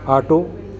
auto